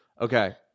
Okay